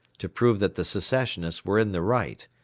to prove that the secessionists were in the right,